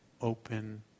open